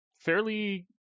fairly